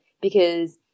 because-